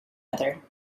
other